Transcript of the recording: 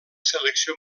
selecció